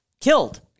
killed